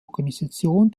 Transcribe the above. organisation